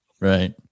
Right